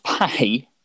pay